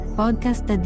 podcast